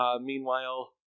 Meanwhile